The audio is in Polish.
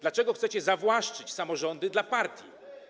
Dlaczego chcecie zawłaszczyć samorządy dla partii?